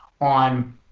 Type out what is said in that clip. on –